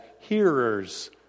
hearers